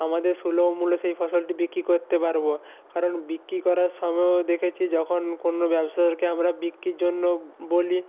আমাদের সুলভ মূল্য সেই ফসলটি বিক্রি করতে পারবো কারণ বিক্রি করার সময়ও দেখেছি যখন কোনো ব্যবসাদারকে আমরা বিক্রির জন্য বলি